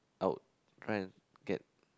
I would try and get